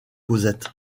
cosette